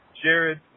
jared